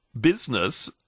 business